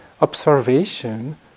observation